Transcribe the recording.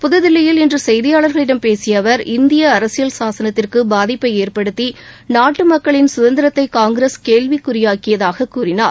புதுதில்லியில் இன்று செய்தியாளர்களிடம் பேசிய அவர் இந்திய அரசியல் சாசனத்திற்கு பாதிப்பை ஏற்படுத்தி நாட்டு மக்களின் கதந்திரத்தை காங்கிரஸ் கேள்வி குறியாக்கியதாக கூறினார்